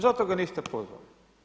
Zato ga niste pozvali.